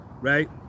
right